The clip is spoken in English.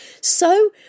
So